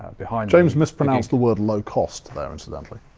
behind james mispronounced the word low cost there, incidentally.